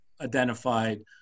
identified